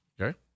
Okay